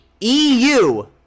EU